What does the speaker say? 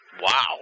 Wow